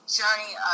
journey